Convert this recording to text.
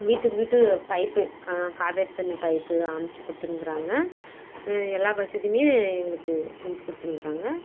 வீட்டுக்கு வீடு பைப்பு காவேரித் தண்ணி பைப்பு அமைத்துக் கொடுத்துன்னுக்குறாங்க எல்லா வசதியுமே எங்களுக்கு செஞ்சுக் கொடுத்துன்னுக்குறாங்க